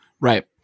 Right